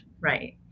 Right